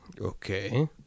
Okay